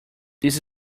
this